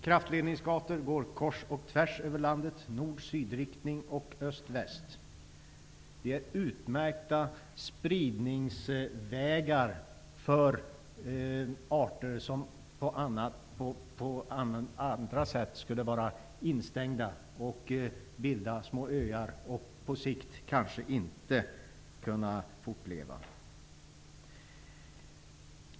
Kraftledningsgator går kors och tvärs över landet, nord--sydriktning och öst--väst. De är utmärkta spridningsvägar för arter som annars skulle vara instängda, bilda små öar och på sikt kanske inte kunna fortleva.